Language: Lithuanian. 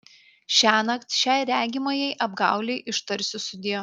šiąnakt šiai regimajai apgaulei ištarsiu sudie